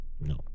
No